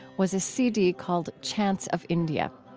was a cd called chants of india.